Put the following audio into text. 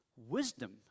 Wisdom